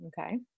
Okay